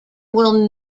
will